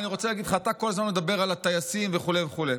אתה כל הזמן מדבר על הטייסים וכו' וכו',